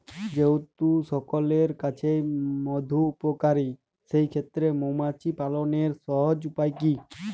যেহেতু সকলের কাছেই মধু উপকারী সেই ক্ষেত্রে মৌমাছি পালনের সহজ উপায় কি?